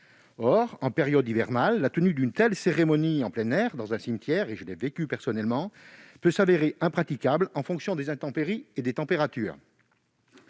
Or, en période hivernale, la tenue d'une telle cérémonie en plein air, dans un cimetière- je l'ai personnellement vécu -, peut s'avérer impraticable en raison des intempéries et des températures.